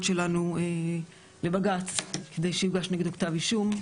שלנו לבג"ץ כדי שיוגש נגדו כתב אישום,